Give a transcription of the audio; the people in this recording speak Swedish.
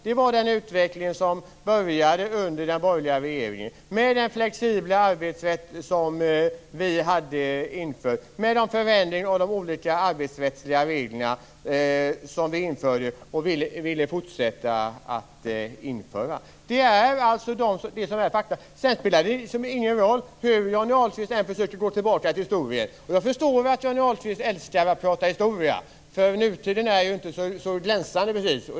Det var den utveckling som inleddes under den borgerliga regeringen, med den flexibla arbetsrätt som vi införde och de förändringar av de olika arbetsrättsliga reglerna som vi införde och ville fortsätta att införa. Detta är faktum. Sedan spelar det ingen roll hur Johnny Ahlqvist än försöker att gå tillbaka i historien. Jag förstår att Johnny Ahlqvist älskar att tala historia, för nutiden är ju inte så glänsande precis.